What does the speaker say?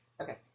Okay